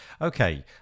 okay